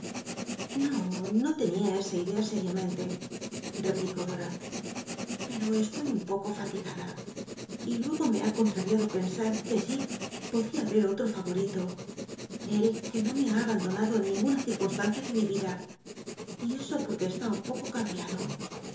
no no tenia esa idea sél'iamente replicó dora pero estoy un poco fatigada y luego me ha er ott'o fa ocooli'al'iado pcnsat que j ip podría haber otro favorito el que no me ha abandonado en ninguna circunstancia de mi yida y eso porque está un poco cambiado es